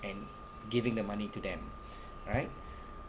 and giving the money to them right